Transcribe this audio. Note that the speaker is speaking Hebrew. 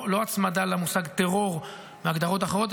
לא הצמדה למושג "טרור" בהגדרות אחרות,